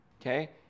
okay